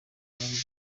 uruganda